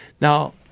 Now